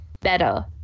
better